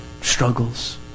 struggles